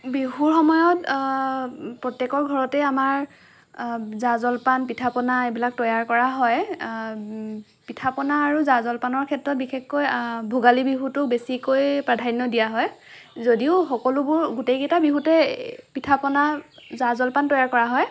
বিহুৰ সময়ত প্ৰত্যেকৰ ঘৰতে আমাৰ জা জলপান পিঠা পনা এইবিলাক তৈয়াৰ কৰা হয় পিঠা পনা আৰু জা জলপানৰ ক্ষেত্ৰত বিশেষকৈ ভোগালী বিহুটো বেছিকৈ প্ৰাধান্য দিয়া হয় যদিও সকলোবোৰ গোটেইকেইটা বিহুতেই পিঠা পনা জা জলপান তৈয়াৰ কৰা হয়